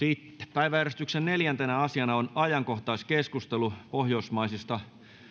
päiväjärjestyksen neljäntenä asiana on ajankohtaiskeskustelu pohjoismaisista